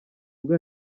ubwo